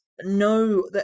no